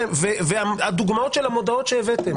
והדוגמאות של המודעות שהבאתם